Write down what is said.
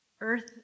Earth